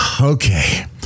Okay